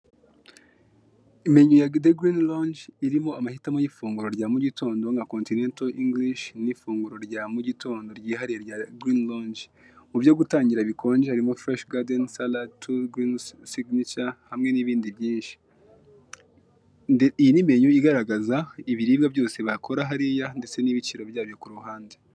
Menu ya green loange irimo amahitamo y'ifunguro rya mu gitondo, nka " continental english " ni ifunguro rya mu mugitondo ryihariye rya green loange. mubyo gutangira bikonje harimo " fresh gaden sala ", "togs signature" hamwe nibindi. Iyi ni menu igaragaza ibiribwa byose bakora hariya, ndetse n'ibiciro byabyo kuruhande.